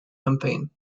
campaign